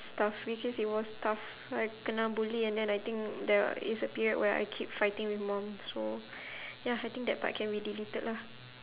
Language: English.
stuff because it was tough I kena bully and then I think there are it's a period where I keep fighting with mum so ya I think that part can be deleted lah